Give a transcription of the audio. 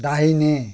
दाहिने